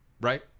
Right